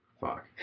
Fuck